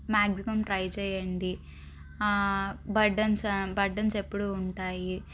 maximum try చేయండి burdens burdens ఎప్పుడు ఉంటాయి